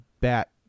bat